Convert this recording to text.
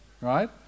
right